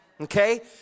okay